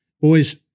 boys